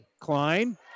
Klein